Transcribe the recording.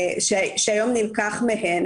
שהיום נלקח מהן.